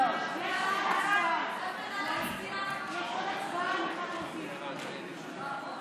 ההצעה להעביר את הצעת חוק איסור שימוש בחקירה של מי שנפגע מינית,